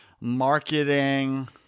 marketing